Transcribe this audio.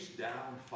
down